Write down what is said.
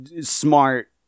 smart